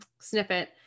snippet